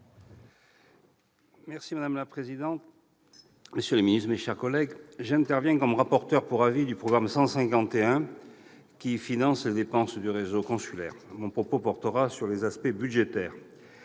le ministre, monsieur le secrétaire d'État, mes chers collègues, j'interviens comme rapporteur pour avis du programme 151, qui finance les dépenses du réseau consulaire. Mon propos portera sur les aspects budgétaires.